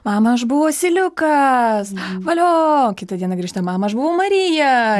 mama aš buvau asiliukas valio kitą dieną grįžta mama aš buvau marija